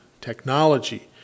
technology